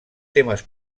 temes